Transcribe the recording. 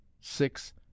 six